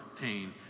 pain